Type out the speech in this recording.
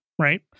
right